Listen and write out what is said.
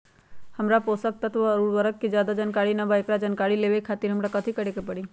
हमरा पोषक तत्व और उर्वरक के ज्यादा जानकारी ना बा एकरा जानकारी लेवे के खातिर हमरा कथी करे के पड़ी?